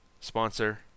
sponsor